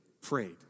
prayed